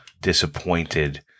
disappointed